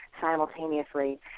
simultaneously